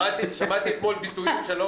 שמעתי אתמול ביטויים שלא